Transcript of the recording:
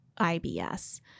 IBS